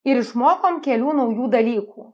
ir išmokom kelių naujų dalykų